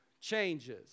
changes